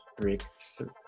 breakthrough